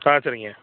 ஆ சரிங்க